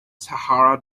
sahara